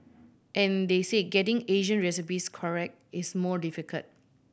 and they say getting Asian recipes correct is more difficult